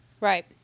Right